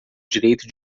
direito